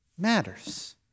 matters